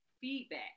feedback